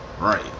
Right